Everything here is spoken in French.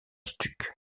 stuc